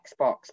Xbox